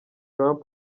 trump